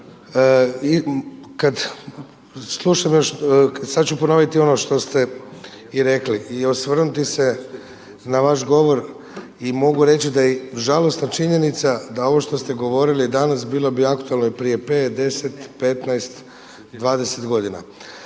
sada ću ponoviti ono što ste i rekli i osvrnuti se na vaš govor i mogu reći da je i žalosna činjenica da ovo što ste govorili danas bilo bi aktualno i prije 5, 10, 15, 20 godina.